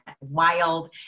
wild